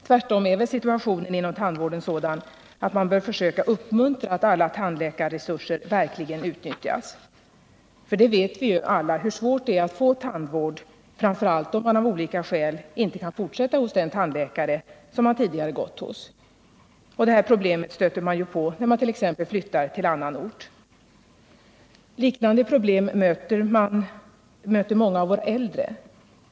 Tvärtom är väl situationen inom tandvården sådan, att man bör försöka uppmuntra till att alla tandläkarresurser verkligen utnyttjas. Vi vet ju alla hur svårt det är att få tandvård, framför allt om man av olika skäl inte kan fortsätta hos den tandläkare som man tidigare gått till. Detta problem stöter man på t.ex. när man flyttar till annan ort. Liknande problem möter många av våra äldre.